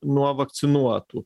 nuo vakcinuotų